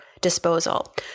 disposal